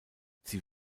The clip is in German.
sie